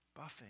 buffing